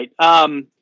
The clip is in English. right